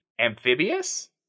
amphibious